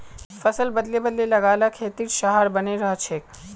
फसल बदले बदले लगा ल खेतेर सहार बने रहछेक